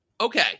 Okay